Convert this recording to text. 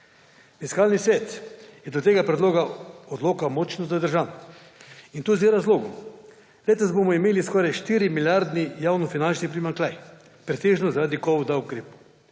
Fiskalni svet je do tega predloga odloka močno zadržan, in to z razlogom. Letos bomo imeli skoraj 4-milijardni javnofinančni primanjkljaj, pretežno zaradi covid ukrepov.